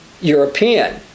European